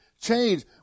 change